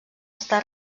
està